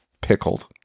pickled